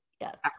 Yes